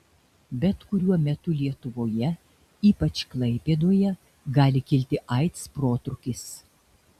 bet kuriuo metu lietuvoje ypač klaipėdoje gali kilti aids protrūkis